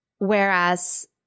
Whereas